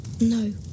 No